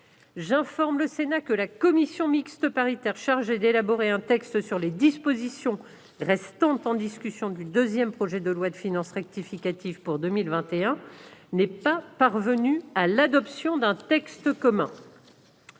J'informe le Sénat que la commission mixte paritaire chargée d'élaborer un texte sur les dispositions restant en discussion du deuxième projet de loi de finances rectificative pour 2021 n'est pas parvenue à l'adoption d'un texte commun.